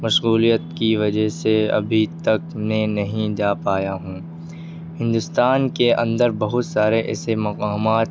مشغولیت کی وجہ سے ابھی تک میں نہیں جا پایا ہوں ہندوستان کے اندر بہت سارے ایسے مقامات